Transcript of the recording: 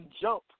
jump